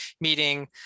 meeting